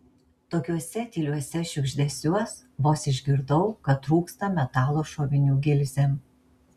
tokiuose tyliuose šiugždesiuos vos išgirdau kad trūksta metalo šovinių gilzėm